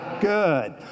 Good